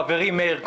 חברי מאיר כהן,